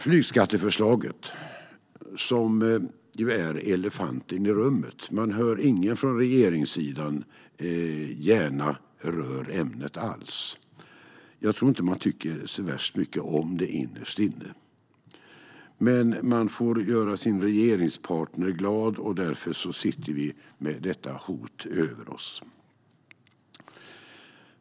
Flygskatteförslaget är ju elefanten i rummet. Från regeringssidan berör man inte gärna ämnet alls. Jag tror inte att man tycker så värst mycket om det innerst inne, men man får göra sin regeringspartner glad. Därför sitter vi med detta hot över oss.